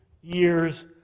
years